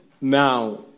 Now